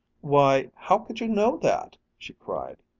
why, how could you know that! she cried.